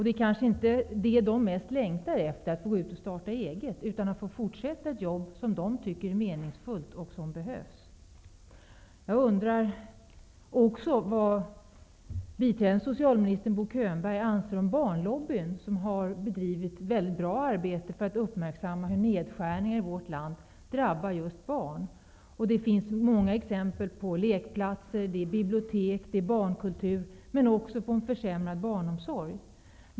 Det är kanske inte att få gå ut och starta eget som är det de mest längtar efter, utan att få fortsätta ett jobb som de tycker är meningsfullt och som behövs. Könberg anser om Barnlobbyn, som har bedrivit ett mycket bra arbete för att uppmärksamma hur nedskärningen i vårt land drabbar just barn. Det finns många exempel på stängda lekplatser, bibliotek och minskad barnkultur, men också på en försämrad barnomsorg.